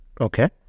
Okay